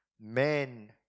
men